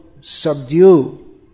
subdue